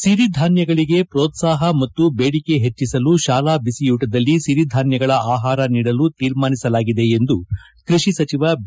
ಸಿರಿಧಾನ್ಯಗಳ ಮ್ರೋತ್ಸಾಹ ಮತ್ತು ಬೇಡಿಕೆ ಹೆಚ್ಚಿಸಲು ಶಾಲಾ ಬಿಸಿಯೂಟದಲ್ಲಿ ಸಿರಿಧಾನ್ಯಗಳ ಆಹಾರ ನೀಡಲು ತೀರ್ಮಾನಿಸಲಾಗಿದೆ ಎಂದು ಕೃಷಿ ಸಚಿವ ಬಿ